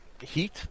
heat